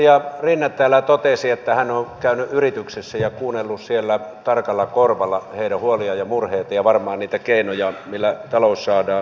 edustaja rinne täällä totesi että hän on käynyt yrityksissä ja kuunnellut siellä tarkalla korvalla heidän huoliaan ja murheitaan ja varmaan niitä keinoja on millä talous saadaan nousuun